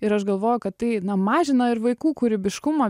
ir aš galvoju kad tai na mažino ir vaikų kūrybiškumą